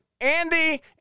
Andy